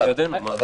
זה בידינו.